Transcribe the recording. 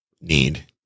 need